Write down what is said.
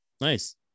Nice